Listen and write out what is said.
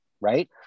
right